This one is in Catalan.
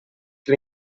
que